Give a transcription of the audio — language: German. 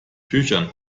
tüchern